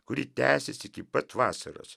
kuri tęsėsi iki pat vasaros